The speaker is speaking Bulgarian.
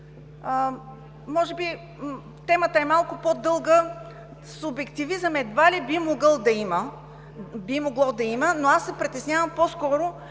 Може би темата е малко по дълга. Субективизъм едва ли би могло да има, но аз се притеснявам по-скоро